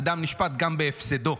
אדם נשפט גם בהפסדו.